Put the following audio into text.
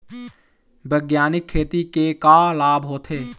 बैग्यानिक खेती के का लाभ होथे?